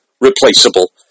replaceable